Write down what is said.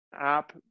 app